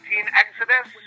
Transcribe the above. exodus